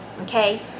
Okay